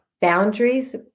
boundaries